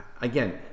again